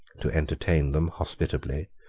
to entertain them hospitably,